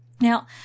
Now